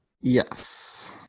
yes